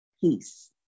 peace